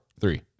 three